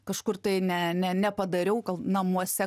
kažkur tai ne ne nepadariau gal namuose